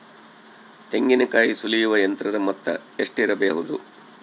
ತೆಂಗಿನಕಾಯಿ ಸುಲಿಯುವ ಯಂತ್ರದ ಮೊತ್ತ ಎಷ್ಟಿರಬಹುದು?